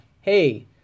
Hey